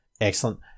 Excellent